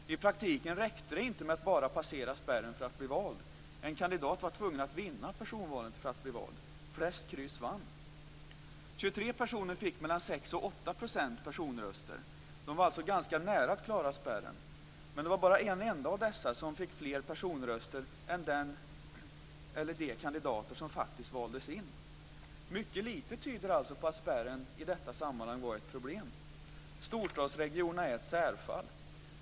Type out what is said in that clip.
I praktiken räckte det inte med att bara passera spärren för att bli vald. En kandidat var tvungen att vinna personvalet för att bli vald. Flest kryss vann. 23 personer fick 6-8 % personröster. De var alltså ganska nära att klara spärren. Men det vara bara en enda av dessa personer som fick fler personröster än den eller de kandidater som faktiskt valdes in. Mycket lite tyder alltså på att spärren i detta sammanhang var ett problem. Storstadsregionerna är ett särfall.